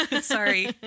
Sorry